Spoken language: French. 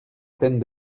peine